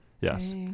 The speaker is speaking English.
Yes